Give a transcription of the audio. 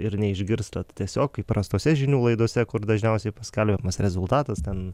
ir neišgirstat tiesiog įprastose žinių laidose kur dažniausiai paskelbiamas rezultatas ten